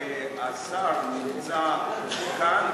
והשר נמצא כאן,